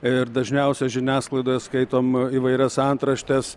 ir dažniausia žiniasklaidoje skaitom įvairias antraštes